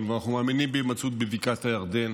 ואנחנו מאמינים בהימצאות בבקעת הירדן,